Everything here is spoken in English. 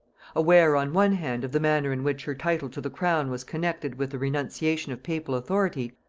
aware on one hand of the manner in which her title to the crown was connected with the renunciation of papal authority,